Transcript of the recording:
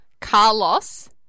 Carlos